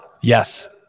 Yes